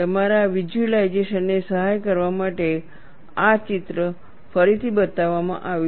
તમારા વિઝ્યુલાઇઝેશન ને સહાય કરવા માટે આ ચિત્ર ફરીથી બતાવવામાં આવ્યું છે